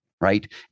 Right